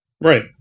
Right